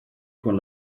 con